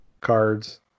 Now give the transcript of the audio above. cards